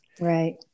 Right